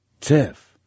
Tiff